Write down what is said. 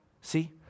See